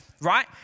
right